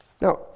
Now